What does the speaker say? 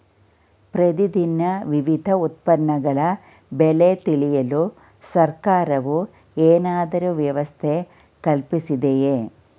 ಪ್ರತಿ ದಿನ ವಿವಿಧ ಉತ್ಪನ್ನಗಳ ಬೆಲೆ ತಿಳಿಯಲು ಸರ್ಕಾರವು ಏನಾದರೂ ವ್ಯವಸ್ಥೆ ಕಲ್ಪಿಸಿದೆಯೇ?